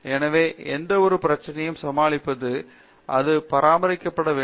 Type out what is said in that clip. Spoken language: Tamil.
எனவே எந்தவொரு பிரச்சினையும் சமாளிக்க அது பராமரிக்கப்பட வேண்டும்